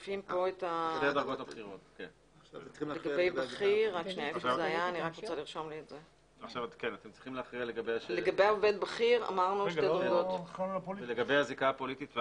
ומצד שני נאמר שלא יכולים להתמנות נציגי ציבור שהם בעלי זיקה פוליטית,